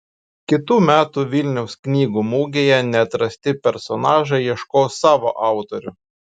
kitų metų vilniaus knygų mugėje neatrasti personažai ieškos savo autorių